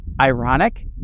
ironic